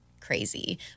crazy